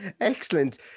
Excellent